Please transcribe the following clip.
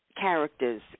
characters